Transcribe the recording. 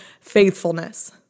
faithfulness